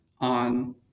on